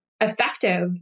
effective